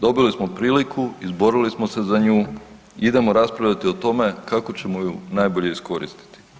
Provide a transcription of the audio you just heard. Dobili smo priliku, izborili smo se za nju, idemo raspravljati o tome kako ćemo ju najbolje iskoristiti.